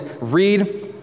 read